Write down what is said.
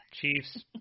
Chiefs